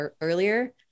earlier